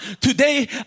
Today